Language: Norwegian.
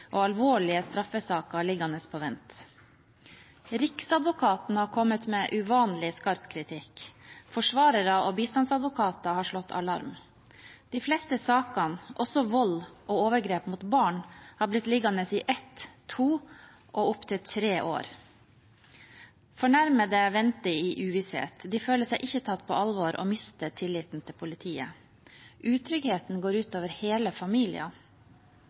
og alvorlige straffesaker liggende på vent. Riksadvokaten har kommet med uvanlig skarp kritikk. Forsvarere og bistandsadvokater har slått alarm. De fleste sakene, også vold og overgrep mot barn, har blitt liggende i ett, to og opptil tre år. Fornærmede venter i uvisshet. De føler seg ikke tatt på alvor og mister tilliten til politiet. Utryggheten går ut over hele